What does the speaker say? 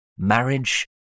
marriage